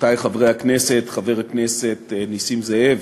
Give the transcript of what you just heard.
רבותי חברי הכנסת, חבר הכנסת נסים זאב,